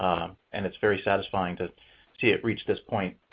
and it's very satisfying to see it reach this point.